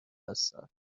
هستند